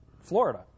Florida